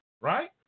right